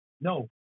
No